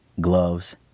Gloves